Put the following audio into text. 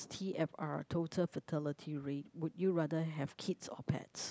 t_f_r total fertility rate would you rather have kids or pets